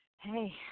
hey